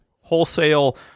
wholesale